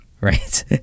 right